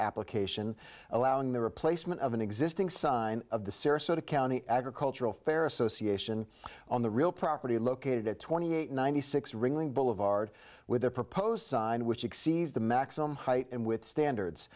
application allowing the replacement of an existing sign of the sarasota county agricultural fair association on the real property located at twenty eight ninety six ringling boulevard with the proposed sign which exceeds the maximum height and with standards